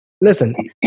Listen